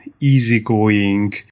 easygoing